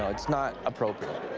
um it's not appropriate.